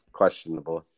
questionable